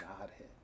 Godhead